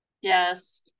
Yes